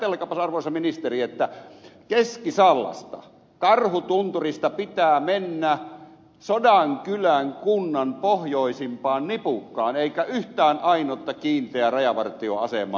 ajatelkaapa arvoisa ministeri että keski sallasta karhutunturista pitää mennä sodankylän kunnan pohjoisimpaan nipukkaan eikä yhtään ainutta kiinteää rajavartioasemaa ole